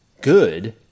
good